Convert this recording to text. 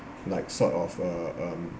like sort of uh um